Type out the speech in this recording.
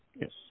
Yes